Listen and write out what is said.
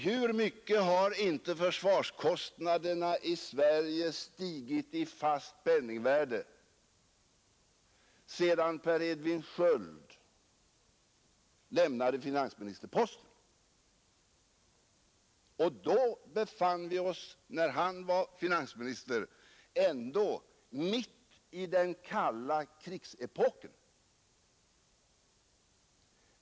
Hur mycket har inte försvarskostnaderna i Sverige i penningvärde räknat stigit sedan Per Edvin Sköld lämnade finansministerposten! Och när han var finansminister befann vi oss ändå mitt i det kalla krigets epok.